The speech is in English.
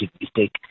mistake